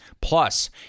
Plus